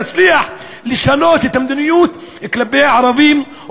תצליח לשנות את המדיניות כלפי הערבים,